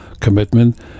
commitment